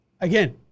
Again